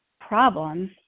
problems